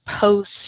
post